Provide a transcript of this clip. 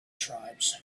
tribes